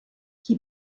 qui